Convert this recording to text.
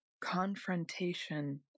confrontation